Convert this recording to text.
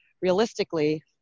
realistically